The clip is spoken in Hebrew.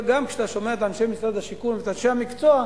גם כשאתה שומע את אנשי משרד השיכון ואת אנשי המקצוע,